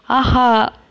ஆஹா